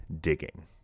digging